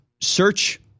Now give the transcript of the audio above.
search